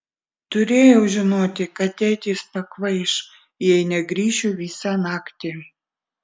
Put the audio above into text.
turėjau žinoti kad tėtis pakvaiš jei negrįšiu visą naktį